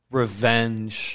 revenge